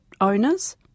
owners